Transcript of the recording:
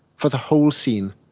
for the whole scene.